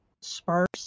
sparse